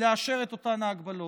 לאשר את אותן ההגבלות.